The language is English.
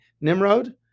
Nimrod